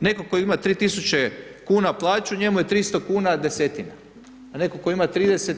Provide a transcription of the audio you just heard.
Netko tko ima 3000 kuna plaću, njemu je 300 desetina, a neko tko ima 30